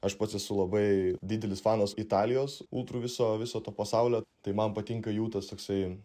aš pats esu labai didelis fanas italijos ultrų viso viso to pasaulio tai man patinka jų tas toksai